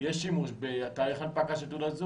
יש שימוש בתאריך הנפקה של תעודת זהות.